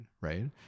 right